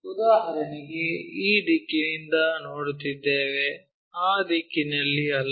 ಉದಾಹರಣೆಗೆ ಈ ದಿಕ್ಕಿನಿಂದ ನೋಡುತ್ತಿದ್ದೇವೆ ಆ ದಿಕ್ಕಿನಲ್ಲಿ ಅಲ್ಲ